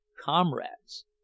comrades